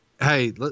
Hey